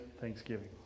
thanksgiving